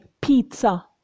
pizza